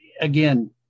again